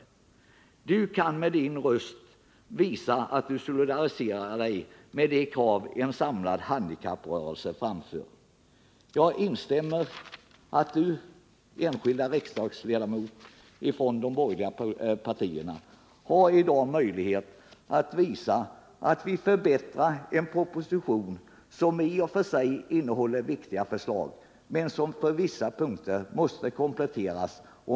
Du kan med Din röst visa att Du solidariserar Dig med de krav en samlad handikapprörelse framför.” Jag instämmer i att du, enskilda riksdagsledamot från de borgerliga partierna i dag har möjlighet att visa att vi vill förbättra en proposition som i och för sig innehåller viktiga förslag men som på vissa punkter måste kompletteras.